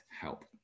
help